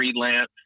freelance